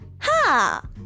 Ha